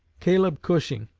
caleb cushing,